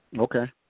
Okay